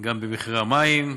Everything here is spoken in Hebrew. גם במחירי המים,